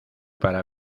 para